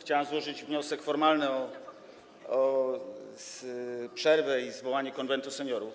Chciałem złożyć wniosek formalny o przerwę i zwołanie Konwentu Seniorów